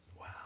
Wow